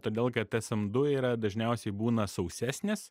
todėl kad es em du yra dažniausiai būna sausesnis